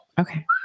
Okay